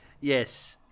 Yes